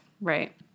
Right